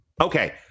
Okay